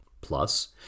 Plus